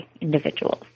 individuals